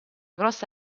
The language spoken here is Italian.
grossa